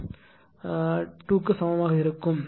952 க்கு சமமாக இருக்கும்